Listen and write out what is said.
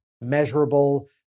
measurable